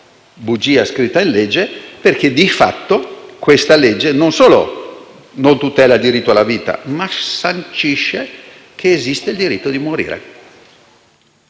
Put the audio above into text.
bugia scritta in legge perché, di fatto, non solo non tutela il diritto alla vita ma sancisce che esiste il diritto di morire.